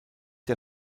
der